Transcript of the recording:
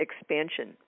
expansion